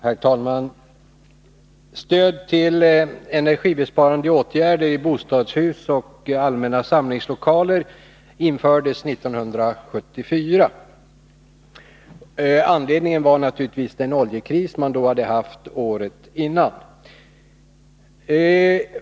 Herr talman! Stöd till energibesparande åtgärder i bostadshus och allmänna samlingslokaler infördes 1974. Anledningen var naturligtvis den oljekris man hade haft året innan.